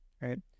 right